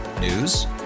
News